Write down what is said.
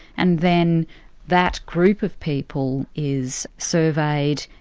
and then that group of people is surveyed,